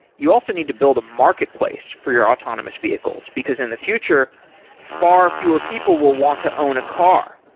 you also need to build a marketplace for your autonomous vehicles, because in the future far fewer people will want to own a car.